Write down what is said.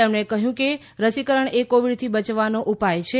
તેમણે કહ્યું કે રસીકરણ એ કોવીડથી બચવાનો ઉપાય છે